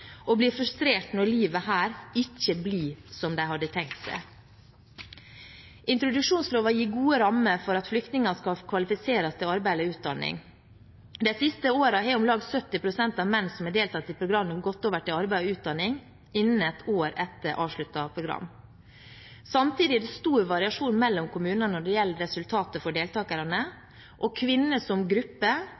når livet her ikke blir som de hadde tenkt seg. Introduksjonsloven gir gode rammer for at flyktninger skal kvalifiseres til arbeid eller utdanning. De siste årene har om lag 70 pst. av menn som har deltatt i programmet, gått over til arbeid og utdanning innen ett år etter avsluttet program. Samtidig er det stor variasjon mellom kommunene når det gjelder resultater for deltakerne. Kvinner som gruppe